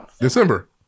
December